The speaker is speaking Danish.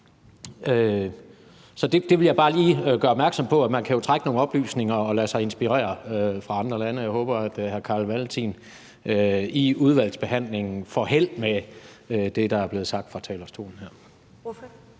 Så jeg vil bare lige gøre opmærksom på, at man jo kan trække på nogle oplysninger og lade sig inspirere af andre lande. Jeg håber, at hr. Carl Valentin i udvalgsbehandlingen får held med det, der blev sagt fra talerstolen her.